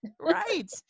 Right